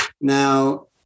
Now